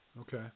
Okay